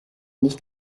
nicht